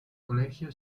colegio